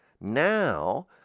Now